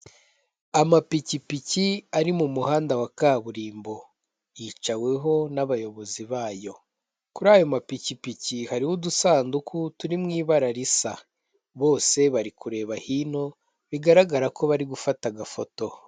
Amapikipiki ari mu muhanda wa kaburimbo yicaweho n'abayobozi bayo, kuri ayo mapikipiki hariho udusanduku turi mu ibara risa, bose bari kureba hino bigaragara ko bari gufata agafoto.